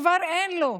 כבר אין לו.